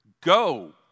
Go